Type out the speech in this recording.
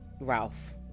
Ralph